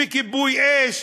מכיבוי אש,